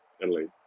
Italy